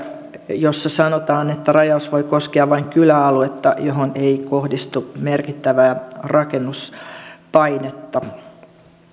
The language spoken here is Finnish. jossa sanotaan että rajaus voi koskea vain kyläaluetta johon ei kohdistu merkittävää rakennuspainetta